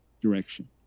direction